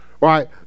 Right